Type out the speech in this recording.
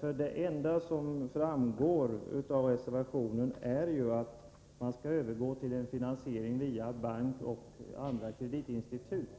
Det enda som framgår av reservationen är ju att man skall övergå till finansiering via bank och andra kreditinstitut.